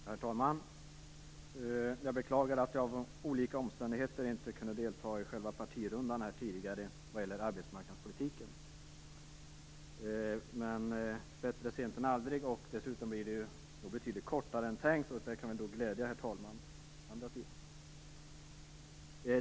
Herr talman! Jag beklagar att jag på grund av olika omständigheter inte kunde delta i partirundan tidigare om arbetsmarknadspolitiken. Men bättre sent än aldrig! Dessutom blir mitt anförande nu betydligt kortare än det var tänkt, och det kan kanske glädja herr talmannen.